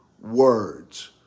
words